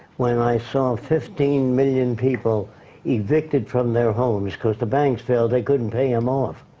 when i saw fifteen million people evicted from their homes cause the banks failed, they couldn't pay them off.